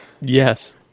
Yes